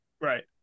Right